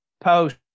post